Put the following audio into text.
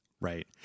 Right